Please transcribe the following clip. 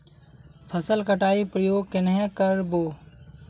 फसल कटाई प्रयोग कन्हे कर बो?